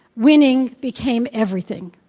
winning became everything.